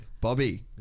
Bobby